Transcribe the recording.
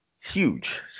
huge